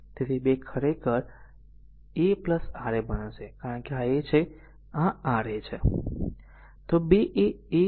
તેથી 2 ખરેખર a R a બનશે કારણ કે આ a છે અને આ R a છે